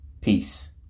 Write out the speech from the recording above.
Peace